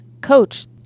coach